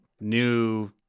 new